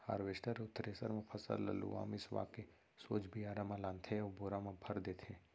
harvester अउ thresher म फसल ल लुवा मिसवा के सोझ बियारा म लानथे अउ बोरा म भर देथे